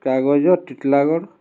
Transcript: କାଗଜ ଟିଟଲାଗଡ଼